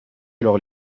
alors